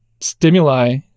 stimuli